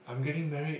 I'm getting married